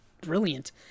brilliant